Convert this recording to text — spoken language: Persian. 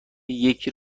یکی